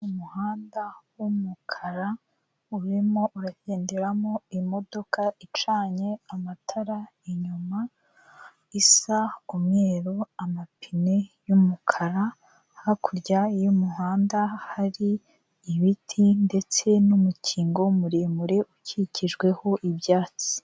Umuhanda w'umukara urimo uragenderamo imodoka icanye amatara inyuma isa umweru amapine y'umukara, hakurya y'umuhanda hari ibiti ndetse n'umukingo muremure ukikijweho ibyatsi.